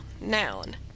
Noun